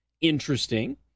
interesting